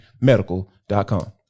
medical.com